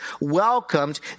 welcomed